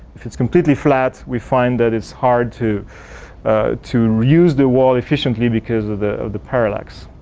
if it's completely flat, we find that it's hard to to use the wall efficiently because of the of the parallax.